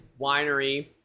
winery